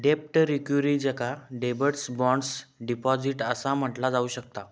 डेब्ट सिक्युरिटीजका debentures, bonds, deposits असा म्हटला जाऊ शकता